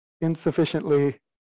insufficiently